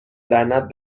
لعنت